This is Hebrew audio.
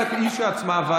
אלא הוועדה עצמה.